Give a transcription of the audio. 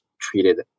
treated